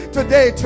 Today